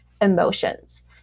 emotions